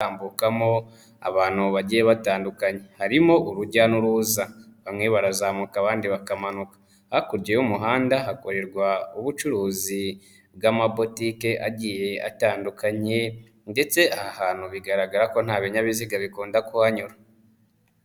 Bambukamo abantu bagiye batandukanye, harimo urujya n'uruza bamwe barazamuka abandi bakamanuka, hakurya y'umuhanda hakorerwa ubucuruzi bw'amabotike agiye atandukanye ndetse ahantu bigaragara ko nta binyabiziga bigomba kuhanyura.